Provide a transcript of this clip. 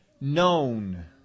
known